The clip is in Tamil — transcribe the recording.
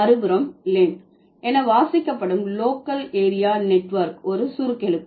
மறுபுறம் LAN என வாசிக்கப்படும் லோக்கல் ஏரியா நெட்வொர்க் ஒரு சுருக்கெழுத்து